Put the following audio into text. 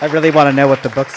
i really want to know what the book